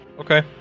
Okay